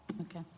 Okay